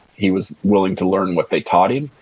he was willing to learn what they taught him,